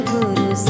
Guru